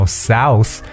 south，